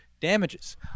damages